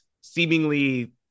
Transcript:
seemingly